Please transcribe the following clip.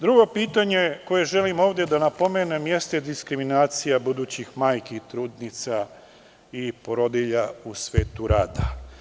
Drugo pitanje koje želim ovde da napomenem jeste diskriminacija budućih majki i trudnica i porodilja u svetu rada.